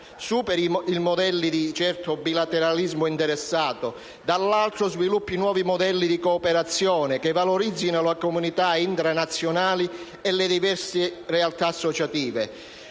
superi i modelli di certo bilateralismo interessato e, dall'altro, sviluppi nuovi modelli di cooperazione che valorizzino le comunità intra-nazionali e le diverse realtà associative,